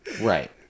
Right